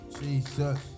Jesus